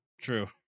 True